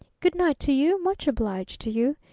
good-night to you. much obliged to you,